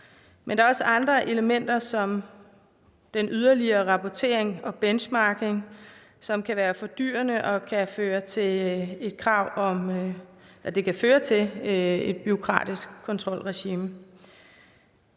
Men der er også andre elementer som den yderligere rapportering og benchmarking, som kan være fordyrende og føre til et bureaukratisk kontrolregime.